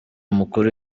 umukuru